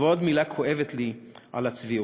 ועוד מילה כואבת לי על הצביעות.